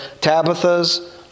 Tabitha's